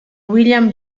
william